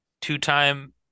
two-time